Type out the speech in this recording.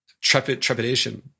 trepidation